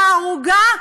בערוגה,